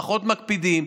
פחות מקפידים,